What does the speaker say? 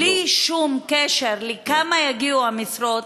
בלי שום קשר לכמה יגיע מספר המשרות?